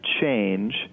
change